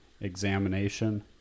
examination